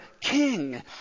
king